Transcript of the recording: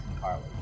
Carly